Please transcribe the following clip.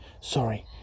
sorry